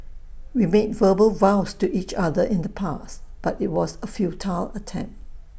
we made verbal vows to each other in the past but IT was A futile attempt